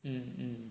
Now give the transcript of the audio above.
mm mm